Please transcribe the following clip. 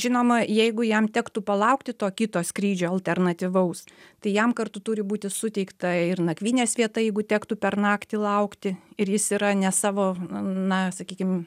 žinoma jeigu jam tektų palaukti to kito skrydžio alternatyvaus tai jam kartu turi būti suteikta ir nakvynės vieta jeigu tektų per naktį laukti ir jis yra ne savo na sakykim